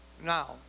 Now